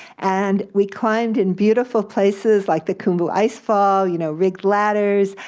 and we climbed in beautiful places like the khumbu icefall, you know rigged ladders,